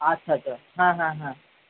আচ্ছা আচ্ছা হ্যাঁ হ্যাঁ হ্যাঁ